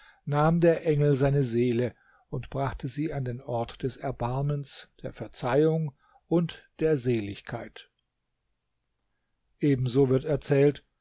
nahm der engel seine seele und brachte sie an den ort des erbarmens der verzeihung und der seligkeit ebenso wird erzählt